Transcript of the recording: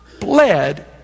bled